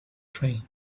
train